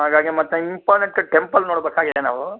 ಹಾಗಾಗಿ ಮತ್ತು important temple ನೋಡಬೇಕಾಗಿದೆ ನಾವು